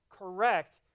correct